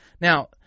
Now